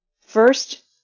First